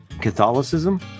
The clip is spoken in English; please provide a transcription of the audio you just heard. Catholicism